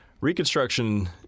Reconstruction